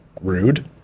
rude